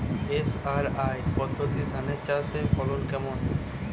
SRI পদ্ধতি ধান চাষের ফলন কেমন?